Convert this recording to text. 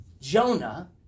Jonah